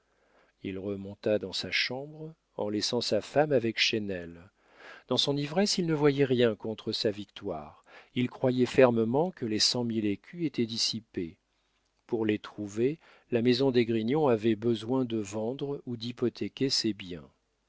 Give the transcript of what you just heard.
il remonta dans sa chambre en laissant sa femme avec chesnel dans son ivresse il ne voyait rien contre sa victoire il croyait fermement que les cent mille écus étaient dissipés pour les trouver la maison d'esgrignon avait besoin de vendre ou d'hypothéquer ses biens